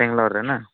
ବେଙ୍ଗଲୋରରେ ନା